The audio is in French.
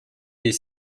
des